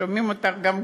שומעים אותך גם כאן.